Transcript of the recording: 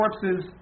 corpses